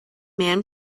man